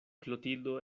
klotildo